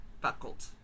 buckled